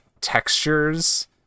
textures